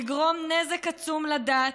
יגרום נזק עצום לדת,